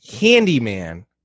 Handyman